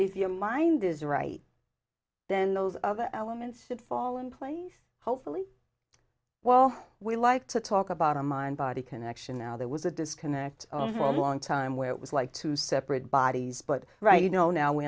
if your mind is right then those other elements should fall in place hopefully well we like to talk about a mind body connection now there was a disconnect for a long time where it was like two separate bodies but right